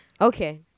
Okay